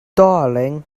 darling